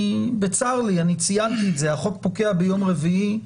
בצר לי אני ציינתי את זה, החוק פקע ביום רביעי.